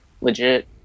legit